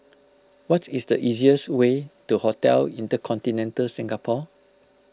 what is the easiest way to Hotel Intercontinental Singapore